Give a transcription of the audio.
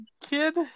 kid